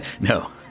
No